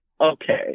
okay